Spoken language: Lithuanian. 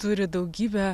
turi daugybę